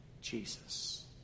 Jesus